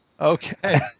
Okay